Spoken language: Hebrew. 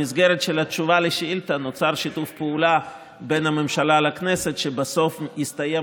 במסגרת התשובה לשאילתה נוצר שיתוף פעולה בין הממשלה לכנסת שבסוף יסתיים,